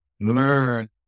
learn